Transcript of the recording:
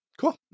Cool